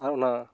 ᱟᱨ ᱚᱱᱟ